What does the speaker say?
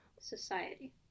Society